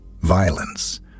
violence